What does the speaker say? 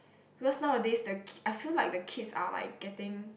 because nowadays the ki~ I feel like the kids are like getting